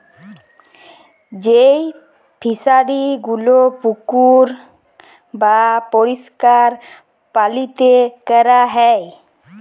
যেই ফিশারি গুলো পুকুর বাপরিষ্কার পালিতে ক্যরা হ্যয়